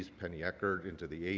penny eckert into the eighty